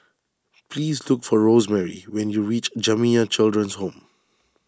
please look for Rosemary when you reach Jamiyah Children's Home